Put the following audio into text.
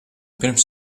pirms